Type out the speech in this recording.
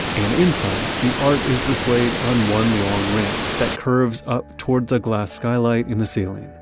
and inside, the art is displayed on one long ramp that curves up towards the glass skylight in the ceiling.